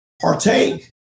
Partake